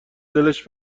دلش